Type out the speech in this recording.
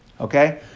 Okay